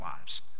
lives